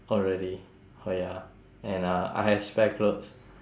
oh really oh ya and uh I have spare clothes